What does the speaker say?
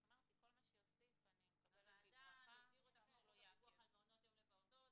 אני אגדיר אותה --- לפיקוח על מעונות יום לפעוטות,